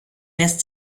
lässt